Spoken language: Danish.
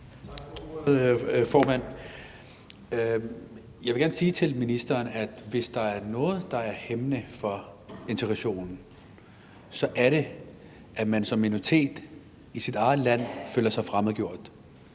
Jeg vil gerne sige til ministeren, at hvis der er noget, der er hæmmende for integrationen, så er det, at man som minoritet føler sig fremmedgjort